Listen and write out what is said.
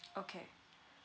okay